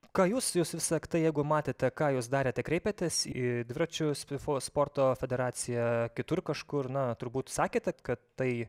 ką jūs jūs visag tai jeigu matėte ką jūs darėte kreipetės į dviračių spifo sporto federaciją kitur kažkur na turbūt sakėte kad tai